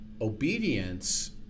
Obedience